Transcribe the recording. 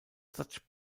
such